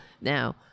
Now